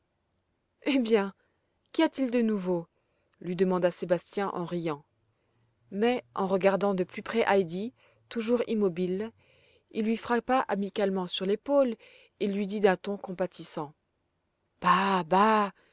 eh bien qu'y a-t-il de nouveau lui demanda sébastien en riant mais en regardant de plus près heidi toujours immobile il lui frappa amicalement sur l'épaule et lui dit d'un ton compatissant bah